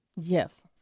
yes